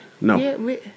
No